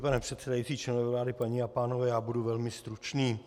Pane předsedající, členové vlády, paní a pánové, budu velmi stručný.